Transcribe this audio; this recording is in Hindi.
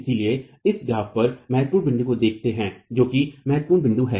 इसीलिए इस ग्राफ पर महत्वपूर्ण बिंदु को देखने देते है जो कि महत्वपूर्ण बिंदु है